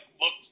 looked